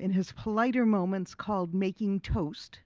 in his politer moments called making toast.